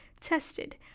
tested